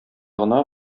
гына